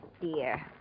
dear